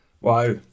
Wow